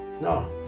No